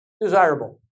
Desirable